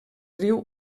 riu